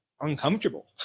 uncomfortable